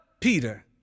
Peter